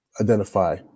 identify